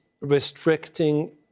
restricting